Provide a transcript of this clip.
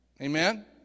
Amen